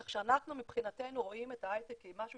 כך שאנחנו מבחינתנו רואים את ההייטק כמשהו